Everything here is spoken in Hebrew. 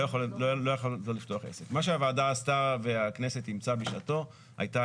מה שהוועדה עשתה והכנסת בשעתו אימצה היה